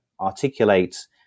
articulate